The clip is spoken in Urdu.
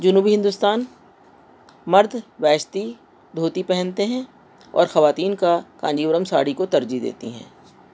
جنوبی ہندوستان مرد بیاشتیی دھوتی پہنتے ہیں اور خواتین کا کانجی ورم ساڑی کو ترجیح دیتی ہیں